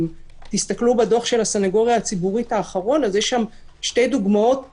אם תסתכלו בדוח האחרון של הסניגוריה הציבורית אז יש שם שתי דוגמאות